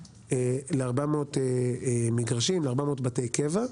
ל-400 מגרשים, ל-400 בתי קבע,